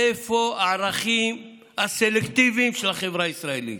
איפה הערכים הסלקטיביים של החברה הישראלית?